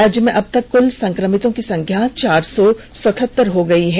राज्य में अबतक कुल सं क्र मितों की संख्या चार सौ सत्हत्तर हो गई है